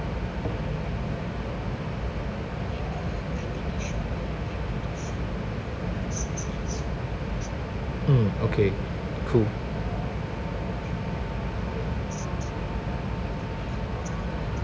mm okay cool